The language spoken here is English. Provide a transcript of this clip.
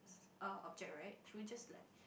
err object right she would just like